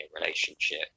relationship